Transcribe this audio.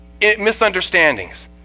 misunderstandings